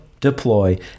deploy